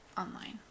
online